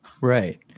right